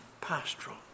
pastoral